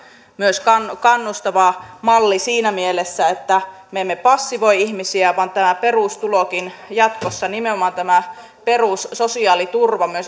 tässä on oltava kannustava malli että me emme passivoi ihmisiä vaan tämän perustulonkin nimenomaan tämän perussosiaaliturvan jatkossa